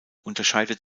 unterscheidet